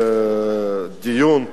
בדיון,